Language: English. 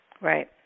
Right